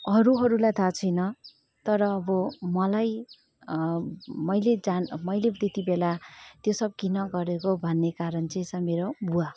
अरूहरूलाई थाहा छैन तर मलाई मैले जान मैले त्यति बेला त्यो सब किन गरेको भन्ने कारण चाहिँ छ मेरो बुवा